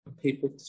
People